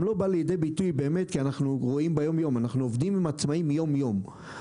אנחנו עובדים עם עצמאים יום-יום,